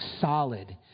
solid